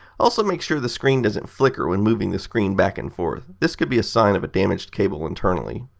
also make sure the screen doesn't flicker when moving the screen back and forth, this could be a sign of damaged cables internally.